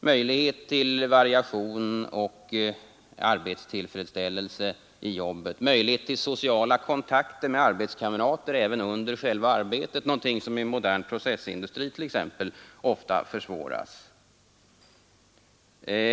Möjlighet till variation och arbetstillfredsställelse i jobbet, möjlighet till sociala kontakter med arbetskamrater även under själva arbetet är emellertid någonting som t.ex. i modern processindustri ofta försvåras.